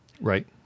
Right